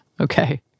Okay